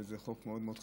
וזה חוק מאוד מאוד חשוב,